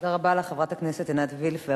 תודה רבה לך, חברת הכנסת עינת וילף.